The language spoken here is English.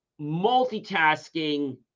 multitasking